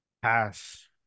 Pass